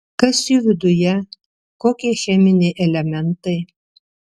kas jų viduje kokie cheminiai elementai